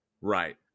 Right